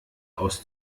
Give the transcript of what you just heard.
aus